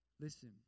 Listen